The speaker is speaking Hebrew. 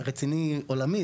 רציני, עולמי.